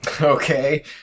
Okay